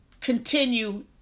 continue